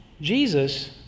Jesus